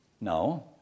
No